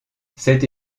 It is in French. cette